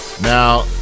Now